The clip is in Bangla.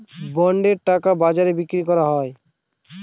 বন্ডের টাকা বাজারে বিক্রি করা হয়